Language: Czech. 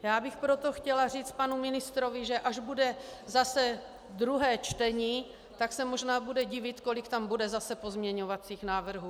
Já bych proto chtěla říci panu ministrovi, že až bude zase druhé čtení, tak se možná bude divit, kolik tam zase bude pozměňovacích návrhů.